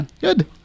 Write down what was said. Good